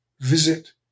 visit